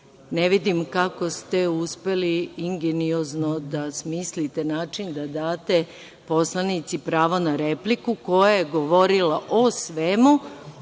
vidim kako ste uspeli ingeniozno da smislite način da date poslanici pravo na repliku, koja je govorila o svemu,